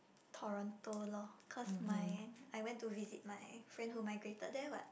Toronto loh cause my I went to visit my friend who migrated there what